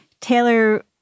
Taylor